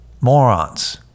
Morons